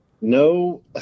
No